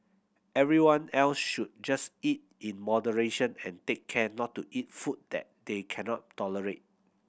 everyone else should just eat in moderation and take care not to eat food that they cannot tolerate